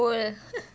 cold